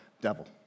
devil